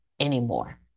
anymore